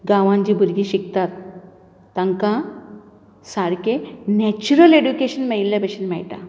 गांवांत जीं भुरगीं शिकतात तांकां सारकें नेच्युरल एज्युकेशन मेळिल्ले भशेन मेळटा